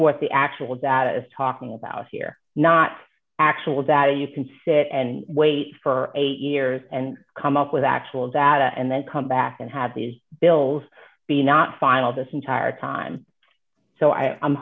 what the actual data is talking about here not actual data you can sit and wait for eight years and come up with actual data and then come back and have these bills be not final this entire time so i